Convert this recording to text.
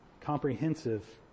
Comprehensive